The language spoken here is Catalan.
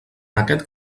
aquest